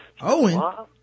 Owen